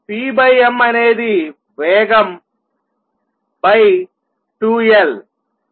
p m అనేది వేగం 2L